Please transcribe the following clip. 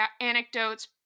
anecdotes